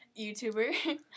YouTuber